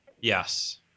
Yes